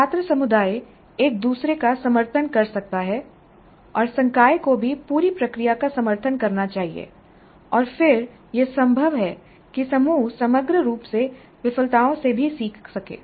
छात्र समुदाय एक दूसरे का समर्थन कर सकता है और संकाय को भी पूरी प्रक्रिया का समर्थन करना चाहिए और फिर यह संभव है कि समूह समग्र रूप से विफलताओं से भी सीख सके